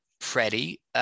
Freddie